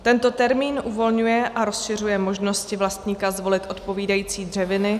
Tento termín uvolňuje a rozšiřuje možnosti vlastníka zvolit odpovídající dřeviny.